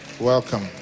Welcome